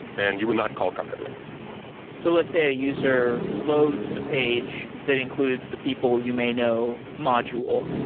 and you will not call kafka directly so let's say a user loads a page that includes the people you may know, module,